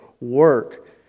Work